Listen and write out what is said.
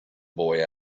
boy